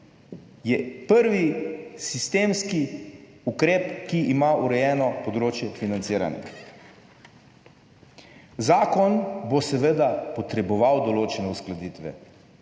je prvi sistemski ukrep, ki ima urejeno področje financiranja. Zakon bo seveda potreboval določene uskladitve,